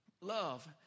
love